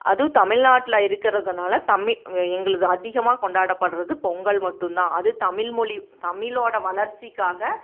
அதுவும் தமிழ்நாட்டில் இருக்கறதனால் தமிழ் எங்களுது அதிகமா கொண்டாடப்படுறது பொங்கல் மட்டுந்தான் அது தமிழ்மொழி தமிழோடய வளர்ச்சிக்காக